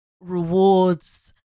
rewards